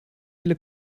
viele